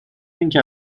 اینکه